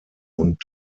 und